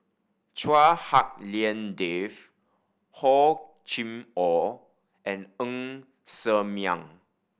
Chua Hak Lien Dave Hor Chim Or and Ng Ser Miang